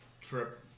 trip